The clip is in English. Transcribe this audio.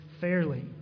fairly